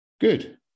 good